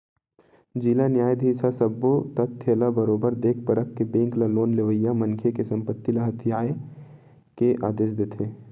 जिला न्यायधीस ह सब्बो तथ्य ल बरोबर देख परख के बेंक ल लोन लेवइया मनखे के संपत्ति ल हथितेये के आदेश देथे